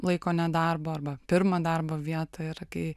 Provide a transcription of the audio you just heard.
laiko nedarbo arba pirmą darbo vietą ir kai